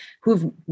who've